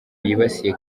yibasiye